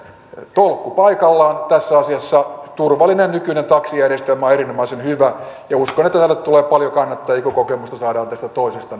tolkku paikallaan tässä asiassa turvallinen nykyinen taksijärjestelmä on erinomaisen hyvä ja uskon että tälle tulee paljon kannattajia kun kokemusta näköjään saadaan tästä toisesta